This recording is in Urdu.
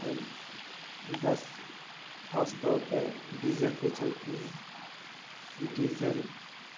بس خاص طور پہ ڈیزل پہ چلتی ہے ڈیزل